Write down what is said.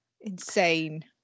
Insane